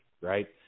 right